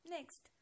Next